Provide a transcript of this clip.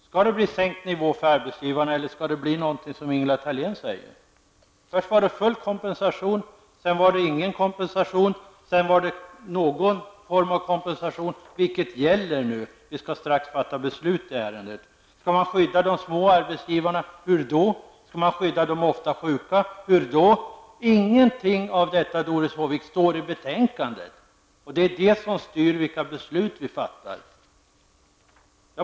Skall det bli en sänkt nivå för arbetsgivaravgiften eller skall det bli som Ingela Thalén sagt? Först var det full kompensation, sedan var det ingen kompensation och därefter någon form av kompensation. Vilket gäller nu? Vi skall ju strax fatta beslut i ärendet. Skall man skydda de små arbetsgivarna? Hur skall det i så fall ske? Skall man skydda de ofta sjuka? Hur då? Ingenting av detta står det någonting om i betänkandet, och det är betänkandet som ligger till grund för de beslut vi skall fatta.